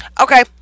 Okay